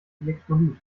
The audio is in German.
elektrolyt